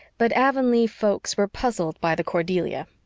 but avonlea folks were puzzled by the cordelia.